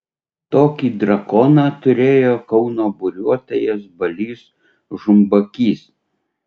tokį drakoną turėjo kauno buriuotojas balys žumbakys